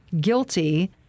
guilty